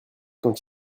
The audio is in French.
quand